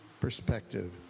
perspective